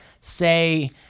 say